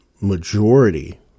majority